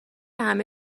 همه